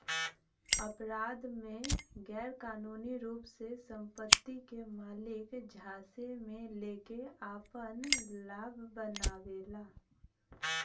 अपराध में गैरकानूनी रूप से संपत्ति के मालिक झांसे में लेके आपन लाभ बनावेला